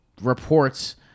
reports